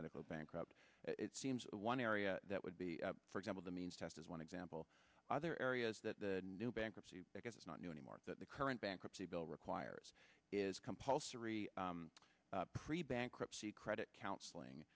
medical bankruptcy it seems one area that would be for example the means test as one example other areas that the new bankruptcy because it's not new anymore that the current bankruptcy bill requires is compulsory pre bankruptcy credit counseling